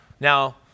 Now